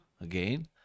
again